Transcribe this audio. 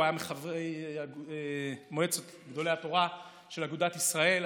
הוא היה מחברי מועצת גדולי התורה של אגודת ישראל,